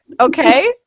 okay